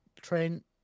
Trent